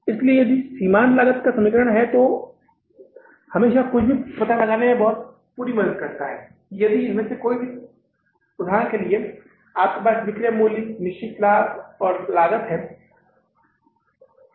इसलिए यह सीमांत लागत का समीकरण है जो हमेशा कुछ भी पता लगाने में पूरी मदद करता है कि यदि इस तीन में से कोई भी उदाहरण के लिए आपके पास बिक्री का मूल्य निश्चित लागत और लाभ है